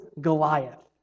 Goliath